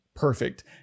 perfect